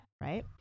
Right